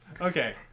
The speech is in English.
okay